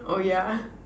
oh yeah